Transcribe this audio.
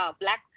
Black